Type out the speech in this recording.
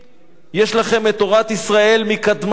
יש לכם תורת ישראל מקדמת דנא.